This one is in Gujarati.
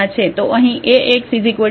તો અહીં Ax 0 છે